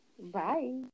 Bye